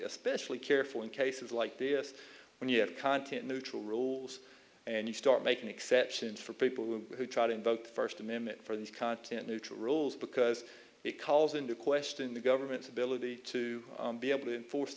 especially careful in cases like this when you have content neutral rules and you start making exceptions for people who try to invoke first amendment for the content neutral rules because it calls into question the government's ability to be able to enforce